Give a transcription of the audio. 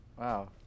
Wow